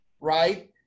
right